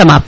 समाप्त